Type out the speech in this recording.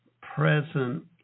present